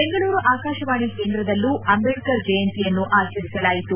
ಬೆಂಗಳೂರು ಆಕಾಶವಾಣಿ ಕೇಂದ್ರದಲ್ಲೂ ಅಂದೇಡ್ತರ್ ಜಯಂತಿಯನ್ನು ಆಚರಿಸಲಾಯಿತು